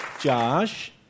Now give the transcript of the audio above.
Josh